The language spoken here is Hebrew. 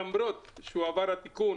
למרות שהועבר התיקון